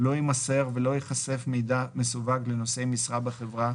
לא יימסר ולא ייחשף מידע מסווג לנושאי משרה בחברה,